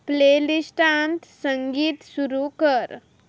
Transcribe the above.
प्लेलिस्टांत संगीत सुरू कर